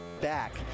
back